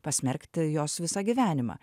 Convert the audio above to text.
pasmerkti jos visą gyvenimą